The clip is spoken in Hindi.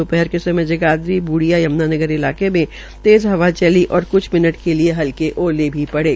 दोपहर के समय जगाधरी ब्र्डिया यम्नागर इलाके मे तेज़ हवा चली और क्छ मिनट के लिये हलके ओले पड़े